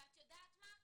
את יודעת מה?